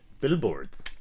billboards